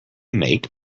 make